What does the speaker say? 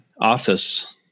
office